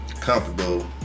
comfortable